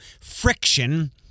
friction